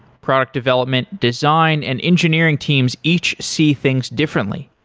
product development, design and engineering teams each see things differently.